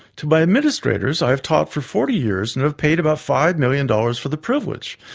to my administrators, i have taught for forty years and have paid about five million dollars for the privilege,